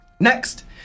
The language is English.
Next